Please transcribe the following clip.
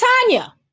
Tanya